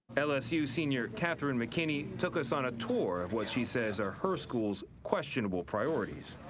lsu senior catherine mckinney took us on a tour of what she says are her school's questionable priorities.